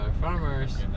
farmers